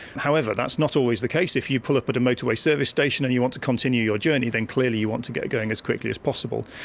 however, that's not always the case. if you pull up at a motorway service station and you want to continue your journey, then clearly you want to get going as quickly as possible.